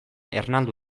ernaldu